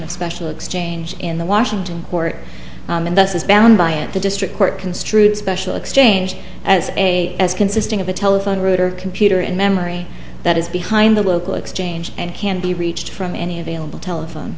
of special exchange in the washington court and thus is bound by it the district court construed special exchange as a as consisting of a telephone router computer and memory that is behind the local exchange and can be reached from any available t